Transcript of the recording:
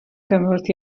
gymorth